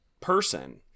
person